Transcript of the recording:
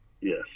Yes